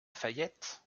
fayette